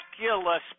miraculous